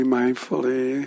mindfully